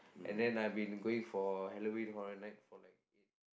and then I been going for Halloween Horror Night for like eight